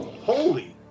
Holy